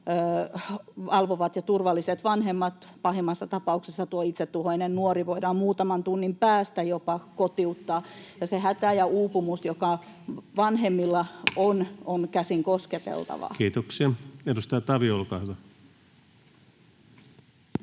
valvovat ja turvalliset vanhemmat, pahimmassa tapauksessa tuo itsetuhoinen nuori voidaan jopa muutaman tunnin päästä kotiuttaa. Se hätä ja uupumus, joka vanhemmilla on, on käsin kosketeltavaa. [Speech